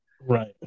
right